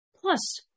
plus